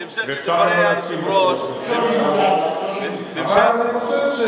אדוני היושב-ראש, לא שומעים.